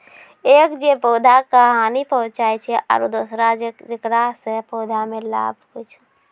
एक जे पौधा का हानि पहुँचाय छै आरो दोसरो हौ जेकरा सॅ पौधा कॅ लाभ होय छै